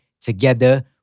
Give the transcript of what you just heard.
together